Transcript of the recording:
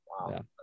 wow